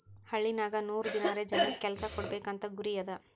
ಹಳ್ಳಿನಾಗ್ ನೂರ್ ದಿನಾರೆ ಜನಕ್ ಕೆಲ್ಸಾ ಕೊಡ್ಬೇಕ್ ಅಂತ ಗುರಿ ಅದಾ